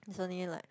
is only like